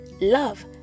love